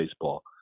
baseball